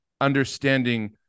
understanding